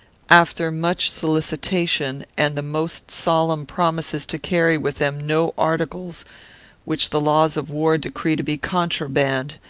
after much solicitation, and the most solemn promises to carry with them no articles which the laws of war decree to be contraband,